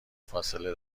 فاصله